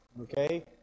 Okay